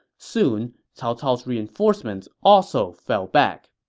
soon, cao cao's reinforcements also fell back.